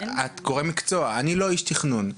את גורם מקצוע ואני לא איש תכנון.